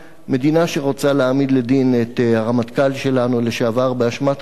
מדינה שרוצה להעמיד לדין את הרמטכ"ל שלנו לשעבר באשמת רצח